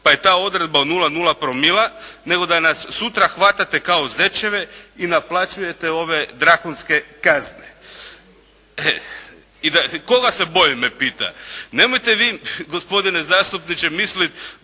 pa je ta odredba o 0,0 promila nego da nas sutra hvatate kao zečeve i naplaćujete ove drakonske kazne. Koga se bojim me pita? Nemojte vi gospodine zastupniče mislit